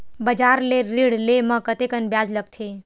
बजार ले ऋण ले म कतेकन ब्याज लगथे?